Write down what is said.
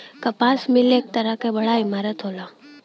कपास मिल एक तरह क बड़ा इमारत होला